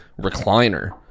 recliner